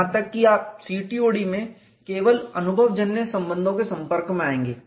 यहां तक कि CTOD में आप केवल अनुभवजन्य संबंधों के संपर्क में आएंगे